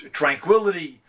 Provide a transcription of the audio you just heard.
tranquility